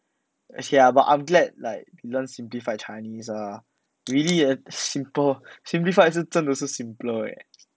actually ah but I'm gald like we learn simplified chinese ah really leh simple simplified 是真的是 simpler leh